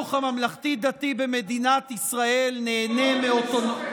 החינוך הממלכתי-דתי במדינת ישראל נהנה מאוטונומיה,